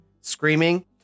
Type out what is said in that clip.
screaming